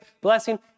blessing